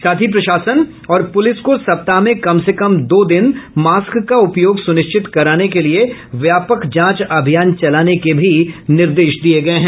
साथ ही प्रशासन और पुलिस को सप्ताह में कम से कम दो दिन मास्क का उपयोग सुनिश्चित कराने के लिए व्यापक जांच अभियान चलाने के भी निर्देश दिये गये हैं